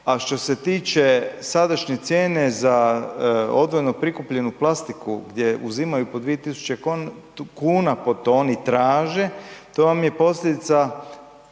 a što se tiče sadašnje cijene za odvojeno prikupljanju plastiku gdje uzimaju po 2000 kuna po toni traže, to vam je posljedica